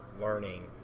learning